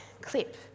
clip